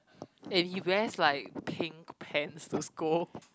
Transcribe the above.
and he wears like pink pants to school